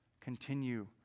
Continue